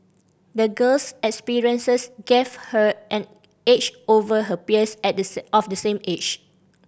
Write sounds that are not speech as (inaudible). the girl's experiences gave her an edge over her peers at the (unintelligible) of the same age